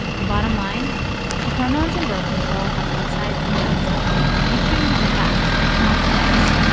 the bottom line the hormones in birth control have upsides and downsides. make sure you know the facts, not the myths